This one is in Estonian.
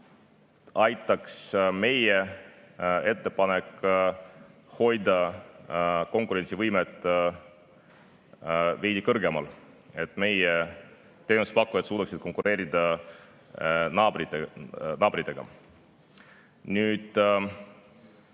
aitaks meie ettepanek hoida konkurentsivõimet veidi kõrgemal, et meie teenusepakkujad suudaksid konkureerida naabritega. Võib